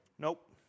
Nope